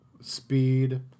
speed